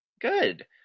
Good